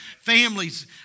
Families